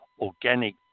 organic